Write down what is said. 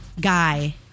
guy